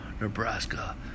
Nebraska